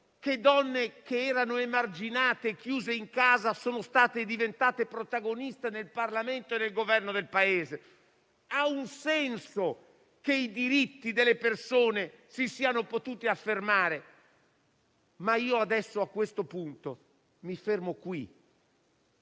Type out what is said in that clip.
che donne che erano emarginate e chiuse in casa siano diventate protagoniste del Parlamento e del Governo del Paese. Ha un senso che i diritti delle persone si siano potuti affermare, ma a questo punto mi fermo qui.